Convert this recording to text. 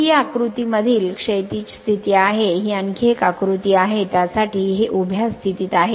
ही या आकृतीमधील क्षैतिज स्थिती आहे ही आणखी एक आकृती आहे त्यासाठी हे उभ्या स्थितीत आहे